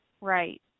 right